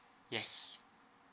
yes